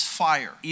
fire